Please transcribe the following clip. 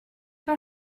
pas